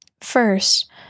First